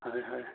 হয় হয়